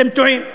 אתם טועים.